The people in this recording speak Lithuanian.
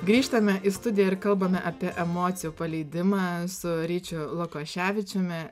grįžtame į studiją ir kalbame apie emocijų paleidimą su ryčiu lukoševičiumi